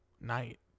night